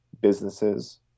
businesses